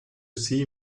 see